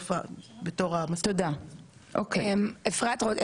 אפרת כמי שמטפלת בנושא הזה ספציפית עם הנושא